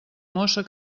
mossa